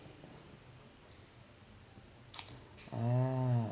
ah